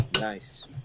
Nice